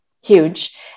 huge